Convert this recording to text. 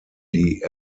die